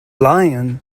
lion